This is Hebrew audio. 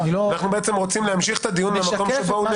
אנחנו רוצים להמשיך את הדיון מהמקום בו הוא